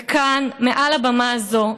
וכאן מעל הבמה הזאת,